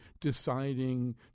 deciding